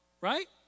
right